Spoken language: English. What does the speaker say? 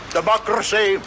Democracy